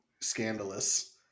scandalous